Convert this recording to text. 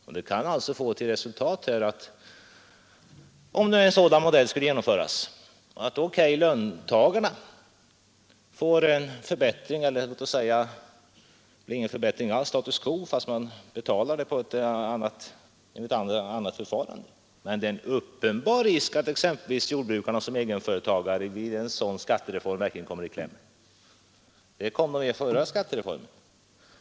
Om en sådan modell skulle genomföras, kan resultatet alltså bli att löntagarna får en förbättring — eller rättare sagt status quo, eftersom skatten bara betalas genom ett annat förfarande — men det är en uppenbar risk för att jordbrukarna som egenföretagare verkligen kommer i kläm. Det gjorde de vid den förra skattereformen.